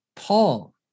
Paul